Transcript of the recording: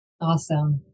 Awesome